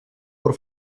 por